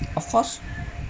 of course